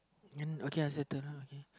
uh okay I settle lah okay